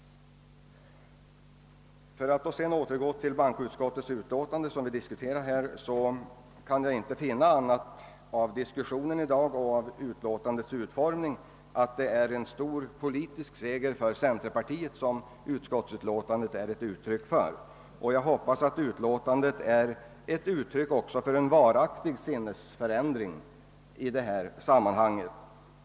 För att sedan återvända till bankoutskottets utlåtande, som vi här diskuterar, kan jag av diskussionen i dag och av utlåtandets utformning inte finna annat än att detta utskottsutlåtande bekräftar en stor politisk seger för centerpartiet. Jag hoppas att utlåtandet är ett uttryck också för en varaktig sinnesförändring i detta sammanhang.